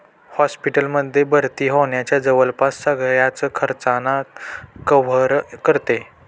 hospital मध्ये भर्ती होण्याच्या जवळपास सगळ्याच खर्चांना कव्हर करते